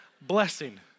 blessing